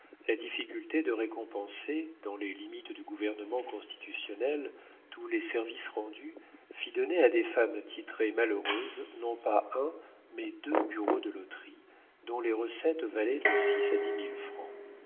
la difficulté de récompenser dans les limites du gouvernement constitutionnel tous les services rendus fit donner à des femmes titrées malheureuses non pas un mais deux bureaux de loterie dont les recettes valaient de six à